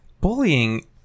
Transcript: bullying